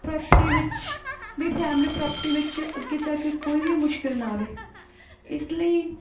property ਵਿੱਚ ਵੀ family property ਵਿੱਚ ਅੱਗੇ ਜਾ ਕੇ ਕੋਈ ਵੀ ਮੁਸ਼ਕਲ ਨਾ ਆਵੇ ਇਸ ਲਈ